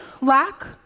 lack